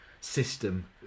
system